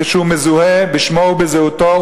כשהוא מזוהה בשמו ובזהותו,